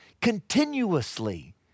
continuously